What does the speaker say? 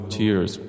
tears